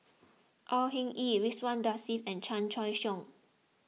Au Hing Yee Ridzwan Dzafir and Chan Choy Siong